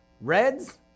Reds